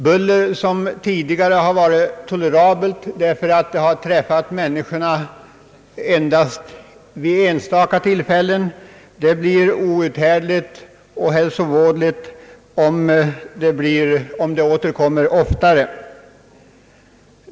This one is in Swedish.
Buller som tidigare varit tolerabelt därför att det träffat människorna endast vid enstaka tillfällen blir outhärdligt och hälsovådligt om det återkommer oftare.